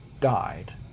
died